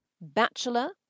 Bachelor